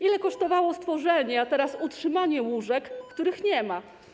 Ile kosztowało stworzenie, a teraz utrzymanie łóżek, których nie ma?